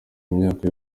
imyaka